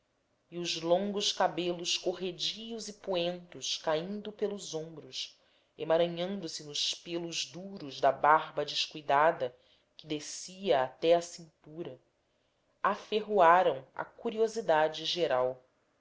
e os longos cabelos corredios e poentes caindo pelos ombros emaranhando se nos pêlos duros da barba descuidada que descia até a cintura aferroaram a curiosidade geral